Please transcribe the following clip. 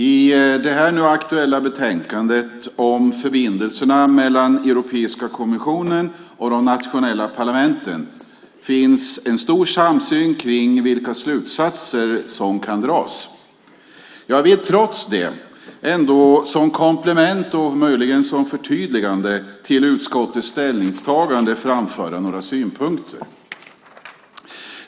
I det nu aktuella betänkandet om förbindelserna mellan Europeiska kommissionen och de nationella parlamenten finns stor samsyn om vilka slutsatser som kan dras. Trots det vill jag som komplement och möjligen som förtydligande till utskottets ställningstagande framföra några synpunkter.